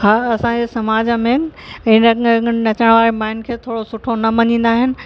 हा असांजे समाज में नचण वारी माइनि खे थोरो सुठो न मञींदा आहिनि